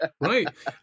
Right